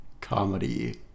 comedy